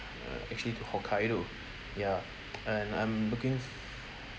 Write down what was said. uh actually to hokkaido ya and I'm looking f~